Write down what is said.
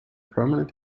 permanent